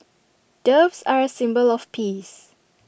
doves are A symbol of peace